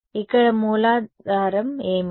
ఇక్కడ మూలాధారం ఏమిటి